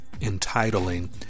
entitling